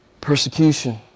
persecution